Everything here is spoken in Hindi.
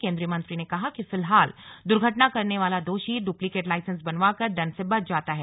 केंद्रीय मंत्री ने कहा कि फिलहाल दुर्घटना करने वाला दोषी डुप्लीकेट लाइसेंस बनवाकर दंड से बच जाता है